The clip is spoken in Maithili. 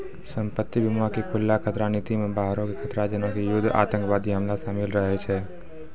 संपत्ति बीमा के खुल्ला खतरा नीति मे बाहरो के खतरा जेना कि युद्ध आतंकबादी हमला शामिल रहै छै